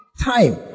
Time